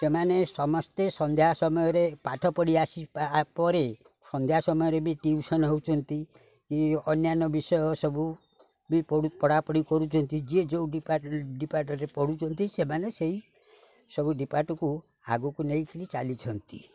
ସେମାନେ ସମସ୍ତେ ସନ୍ଧ୍ୟା ସମୟରେ ପାଠ ପଢ଼ି ଆସି ପରେ ସନ୍ଧ୍ୟା ସମୟରେ ବି ଟିଉସନ୍ ହେଉଛନ୍ତି କି ଅନ୍ୟାନ୍ୟ ବିଷୟ ସବୁ ବି ପଢ଼ାପଢ଼ି କରୁଛନ୍ତି ଯିଏ ଯେଉଁ ଡିପାର୍ଟରେ ପଢ଼ୁଛନ୍ତି ସେମାନେ ସେଇ ସବୁ ଡିପାର୍ଟକୁ ଆଗକୁ ନେଇକିରି ଚାଲିଛନ୍ତି